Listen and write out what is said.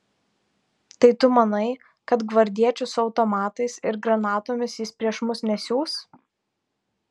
tai tu manai kad gvardiečių su automatais ir granatomis jis prieš mus nesiųs